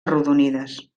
arrodonides